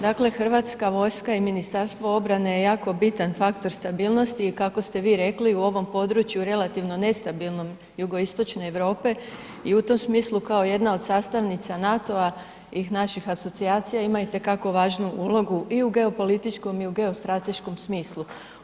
Dakle, Hrvatska vojska i Ministarstvo obrane je jako bitan faktor stabilnosti i kako ste vi rekli, u ovom području relativno nestabilnom jugoistočne Europe i u tom smislu kao jedna od sastavnica NATO-a i naših asocijacija ima itekako važnu ulogu i u geopolitičkom i u geostrateškom smislu.